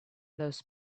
those